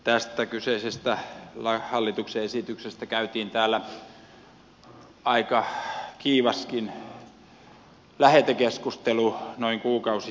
tästä kyseisestä hallituksen esityksestä käytiin täällä aika kiivaskin lähetekeskustelu noin kuukausi sitten